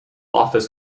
office